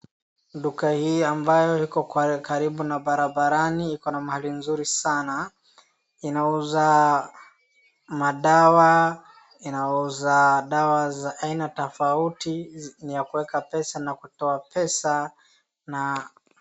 Duka hii ambayo iko karibu na barabarani ikona mali nzuri sana. Inauza madawa, inauza dawa za haina tofauti, ni ya kuweka pesa na kutoa pesa na.